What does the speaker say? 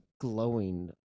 glowing